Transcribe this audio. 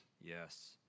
Yes